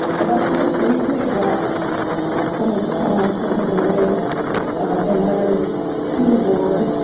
i'd like to just briefly address some of the comments that have been raised in letters to the board.